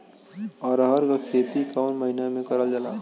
अरहर क खेती कवन महिना मे करल जाला?